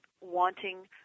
wanting